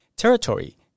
Territory